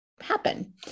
happen